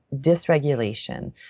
dysregulation